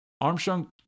Armstrong